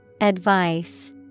Advice